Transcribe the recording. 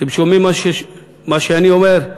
אתם שומעים מה שאני אומר?